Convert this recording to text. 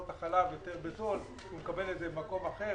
את החלב במחיר זול יותר כי הוא מקבל את זה במקום אחר,